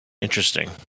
Interesting